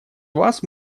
вас